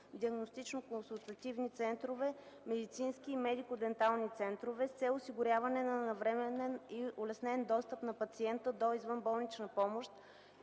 диагностично-консултативни центрове, медицински и медико-дентални центрове с цел осигуряване на навременен и улеснен достъп на пациента до извънболнична помощ